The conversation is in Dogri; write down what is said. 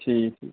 ठीक